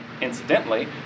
Incidentally